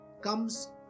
comes